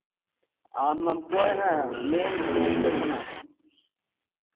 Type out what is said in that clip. آپ ہم کو ہے نا مین سٹی میں جو ہونا کہ